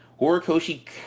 Horikoshi